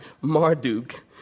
Marduk